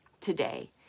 today